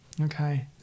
Okay